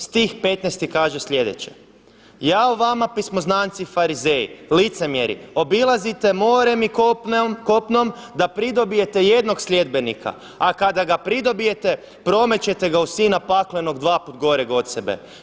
Stih 15. kaže sljedeće: Jao vama pismoznanci i farizeji licemjeri, obilazite morem i kopnom da pridobijete jednog sljedbenika, a kada ga pridobijete promećete ga u sina paklenoga dvaput goreg od sebe.